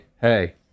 hey